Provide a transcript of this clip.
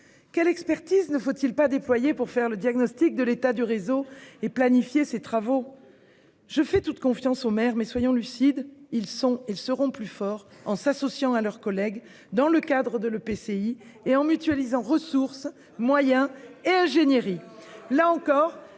Quelle expertise ne faut-il pas déployer pour poser le diagnostic de l'état du réseau et planifier ses travaux ! Ce n'est pas possible d'entendre cela ! Je fais toute confiance aux maires, mais, soyons lucides, ceux-ci sont et seront plus forts en s'associant à leurs collègues, dans le cadre de l'EPCI, et en mutualisant ressources, moyens et ingénierie.